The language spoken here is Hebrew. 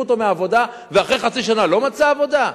אותו מהעבודה ואחרי חצי שנה לא מצא עבודה?